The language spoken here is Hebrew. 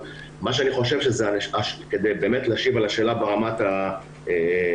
אני חושב שכדי באמת להשיב לשאלה ברמת המקרו,